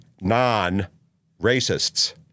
non-racists